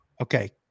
okay